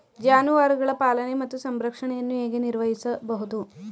ಜಾನುವಾರುಗಳ ಪಾಲನೆ ಮತ್ತು ಸಂರಕ್ಷಣೆಯನ್ನು ಹೇಗೆ ನಿರ್ವಹಿಸಬಹುದು?